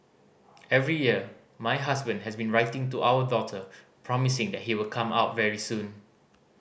every year my husband has been writing to our daughter promising that he will come out very soon